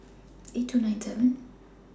eight two nine seven